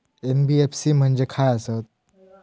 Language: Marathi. एन.बी.एफ.सी म्हणजे खाय आसत?